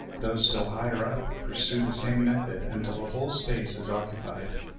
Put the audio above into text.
those still higher up pursue the same method until the whole space is occupied.